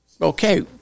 okay